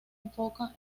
enfoca